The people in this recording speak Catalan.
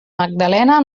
magdalena